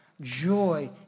joy